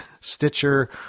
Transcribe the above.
Stitcher